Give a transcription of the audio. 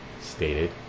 stated